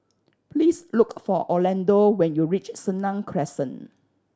please look for Orlando when you reach Senang Crescent